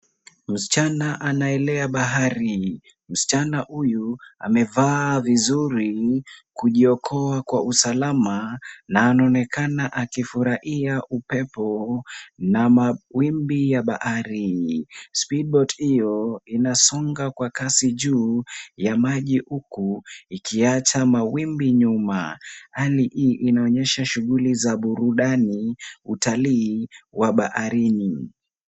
Msichana anaelea bahari, msichana huyu amevaa vizuri kujiokoa kwa usalama na anaonekana akifurahia upepo na mawimbi ya bahari. Speedboat hiyo inasonga kwa kasi juu ya maji huku ikiacha mawimbi nyuma. Hali hii inaonyesha shughuli za burudani, utali wa baharini.